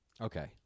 Okay